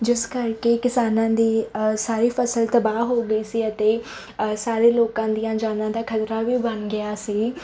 ਜਿਸ ਕਰਕੇ ਕਿਸਾਨਾਂ ਦੀ ਸਾਰੀ ਫਸਲ ਤਬਾਹ ਹੋ ਗਈ ਸੀ ਅਤੇ ਸਾਰੇ ਲੋਕਾਂ ਦੀਆਂ ਜਾਨਾਂ ਦਾ ਖਤਰਾ ਵੀ ਬਣ ਗਿਆ ਸੀ